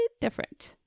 different